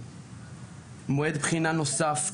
מועד בחינה נוסף כדאי.